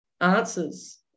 answers